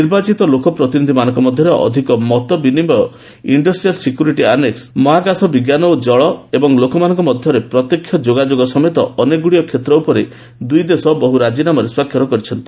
ନିର୍ବାଚିତ ଲୋକପ୍ରତିନିଧିମାନଙ୍କ ମଧ୍ୟରେ ଅଧିକ ମତ ବିନିମୟ ଇଣ୍ଡଷ୍ଟ୍ରିଆଲ ସିକ୍ୟୁରିଟି ଆନେକ୍ନ ଆଇଏସ୍ଏ ମହାକଶ ବିଙ୍କାନ ଓ କଳ ଏବଂ ଲୋକମାନଙ୍କ ମଧ୍ୟରେ ପ୍ରତ୍ୟକ୍ଷ ସଂଯୋଗ ସମେତ ଅନେକଗୁଡ଼ିଏ କ୍ଷେତ୍ର ଉପରେ ଦୁଇଦେଶ ବହୁ ରାଜିନାମାରେ ସ୍ୱାକ୍ଷର କରିଛନ୍ତି